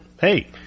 hey